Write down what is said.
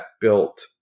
built